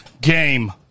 Game